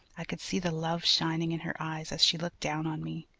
i could see the love shining in her eyes as she looked down on me.